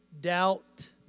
doubt